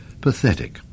pathetic